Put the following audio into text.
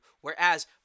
Whereas